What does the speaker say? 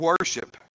worship